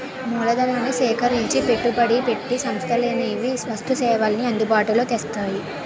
మూలధనాన్ని సేకరించి పెట్టుబడిగా పెట్టి సంస్థలనేవి వస్తు సేవల్ని అందుబాటులో తెస్తాయి